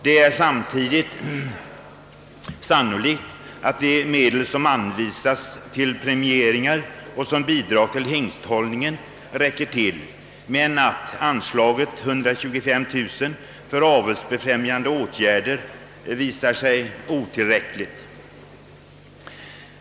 Det är samtidigt sannolikt att de medel som anvisas till premieringar och till bidrag till hingsthållningen räcker, men att beloppet för avelsbefrämjande åtgärder, 125 000 kronor, visar sig otillräckligt.